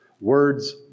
Words